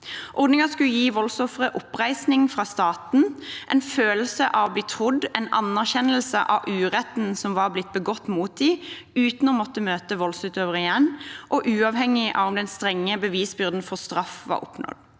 Ordningen skulle gi voldsofre oppreisning av staten, en følelse av å bli trodd og en anerkjennelse av uretten som var blitt begått mot dem – uten at de måtte møte voldsutøveren igjen, og uavhengig av om den strenge bevisbyrden for straff var oppnådd.